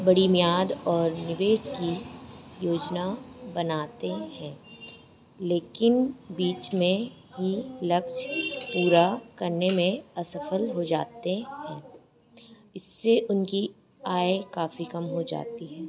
बड़ी मियाद और निवास की योजना बनाते हैं लेकिन बीच में ही लक्ष्य पूरा करने में असफल हो जाते हैं इससे उनकी आय काफ़ी कम हो जाती है